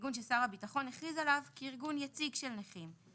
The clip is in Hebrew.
ארגון ששר הביטחון הכריז עליו כארגון יציג של נכים.